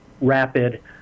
rapid